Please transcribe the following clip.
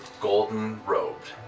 golden-robed